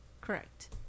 Correct